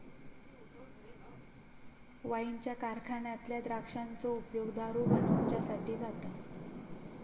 वाईनच्या कारखान्यातल्या द्राक्षांचो उपयोग दारू बनवच्यासाठी जाता